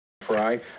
fry